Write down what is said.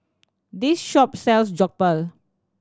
this shop sells Jokbal